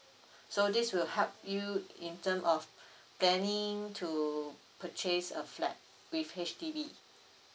so this will help you in terms of planning to purchase a flat with H_D_B